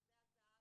לרכזי הזה"ב,